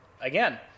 again